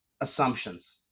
assumptions